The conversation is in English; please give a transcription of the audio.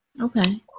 Okay